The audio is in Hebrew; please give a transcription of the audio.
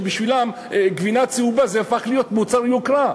שבשבילם גבינה צהובה הפכה להיות מוצר יוקרה.